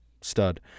Stud